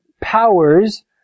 powers